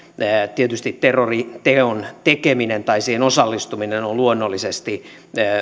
tietysti terroriteon tekeminen tai siihen osallistuminen on luonnollisesti